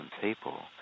people